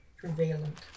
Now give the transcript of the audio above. prevalent